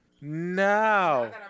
Now